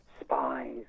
Spies